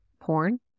porn